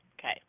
okay